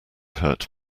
hurt